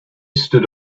stood